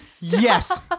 Yes